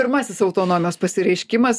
pirmasis autonomijos pasireiškimas